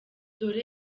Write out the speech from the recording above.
dore